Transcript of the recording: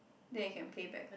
then you can playback